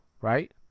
right